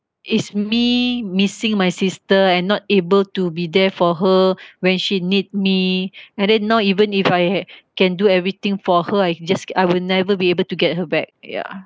it's me missing my sister and not able to be there for her when she need me and then now even if I can do everything for her I just I will never be able to get her back ya